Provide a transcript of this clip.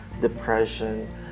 depression